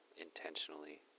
intentionally